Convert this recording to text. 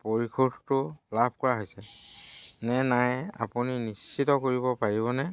পৰিশোধটো লাভ কৰা হৈছে নে নাই আপুনি নিশ্চিত কৰিব পাৰিবনে